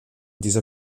dieser